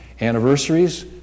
Anniversaries